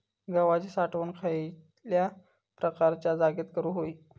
गव्हाची साठवण खयल्या प्रकारच्या जागेत करू होई?